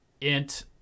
Int